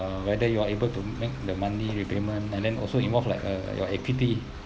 whether you are able to make the monthly repayment and then also involve like uh your equity